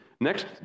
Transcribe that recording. Next